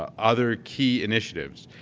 ah other key initiatives.